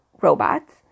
robots